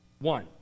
One